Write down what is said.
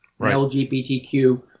LGBTQ